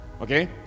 Okay